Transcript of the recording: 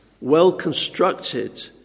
well-constructed